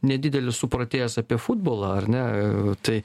nedidelis supratėjęs apie futbolą ar ne tai